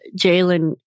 Jalen